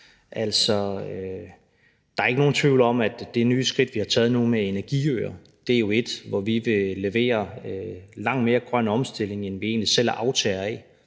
der er ikke nogen tvivl om, at det nye skridt, vi har taget nu, med energiøer jo er et, hvor vi vil levere langt mere grøn omstilling, end vi egentlig selv er aftagere af,